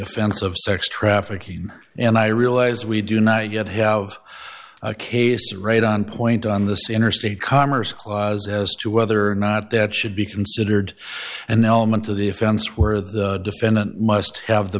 offense of sex trafficking and i realise we do not yet have a case right on point on the sea interstate commerce clause as to whether or not that should be considered an element of the offense where the defendant must have the